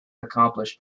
accomplished